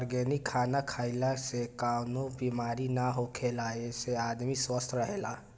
organic खाना खइला से कवनो बेमारी ना होखेला एसे आदमी स्वस्थ्य रहेला